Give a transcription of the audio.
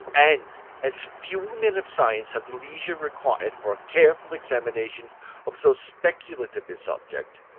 and as few men of science have the leisure required for a careful examination of so speculative a subject,